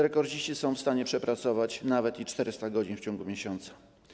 Rekordziści są w stanie przepracować nawet i 400 godzin w ciągu miesiąca.